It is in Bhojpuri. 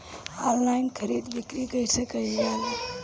आनलाइन खरीद बिक्री कइसे कइल जाला?